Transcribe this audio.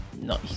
Nice